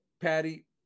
patty